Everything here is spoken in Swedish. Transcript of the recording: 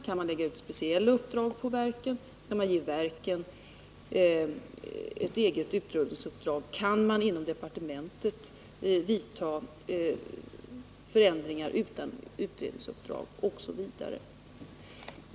Kan man lägga ut speciella uppdrag på verken? Kan man ge verken ett eget utredningsuppdrag? Kan man inom departementet vidta förändringar utan utredningsuppdrag osv.?